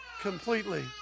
completely